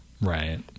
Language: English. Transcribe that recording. right